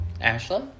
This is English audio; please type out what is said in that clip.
ashley